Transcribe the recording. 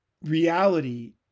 reality